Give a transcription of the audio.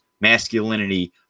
masculinity